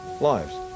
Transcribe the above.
lives